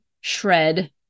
shred